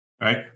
right